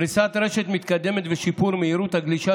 פריסת רשת מתקדמת ושיפור מהירות הגלישה